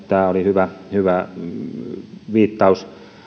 tämä oli hyvä viittaus